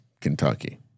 Kentucky